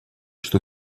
что